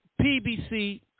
PBC